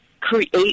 create